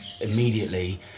immediately